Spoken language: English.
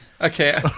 Okay